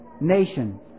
nation